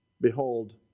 Behold